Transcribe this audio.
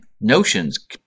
notions